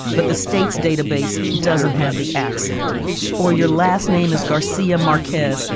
but the state's database doesn't have the accent or your last name is garcia marquez.